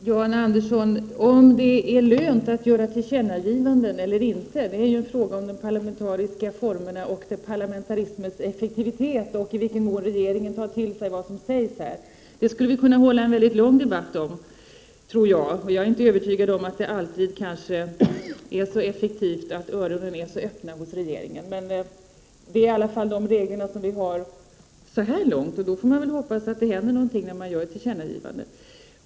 Herr talman! Om det är lönt eller inte att göra tillkännagivanden är ju en fråga om de parlamentariska formerna, parlamentarismens effektivitet och i vilken mån regeringen tar till sig vad som sägs. Om det skulle vi kunna hålla en lång debatt, tror jag. Jag är inte övertygad om att det alltid är så effektivt och att öronen är så öppna hos regeringen. Det är i alla fall de regler som vi har, och vi får väl hoppas att det händer någonting när vi gör ett tillkännagivande.